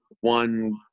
one